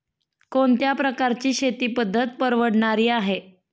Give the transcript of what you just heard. कोणत्या प्रकारची शेती पद्धत परवडणारी आहे?